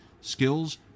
skills